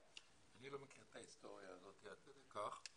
אני לא מכיר את ההיסטוריה הזאת עד כדי כך.